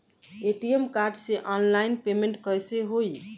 ATM card से online payment कैसे होई?